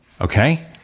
Okay